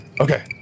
Okay